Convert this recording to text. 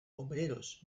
obreros